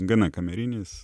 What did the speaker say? gana kamerinis